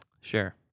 sure